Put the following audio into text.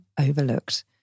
overlooked